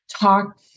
talk